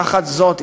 תחת זאת,